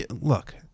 Look